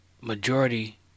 majority